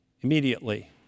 immediately